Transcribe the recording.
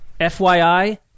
FYI